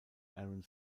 aaron